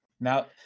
Now